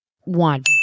One